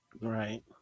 Right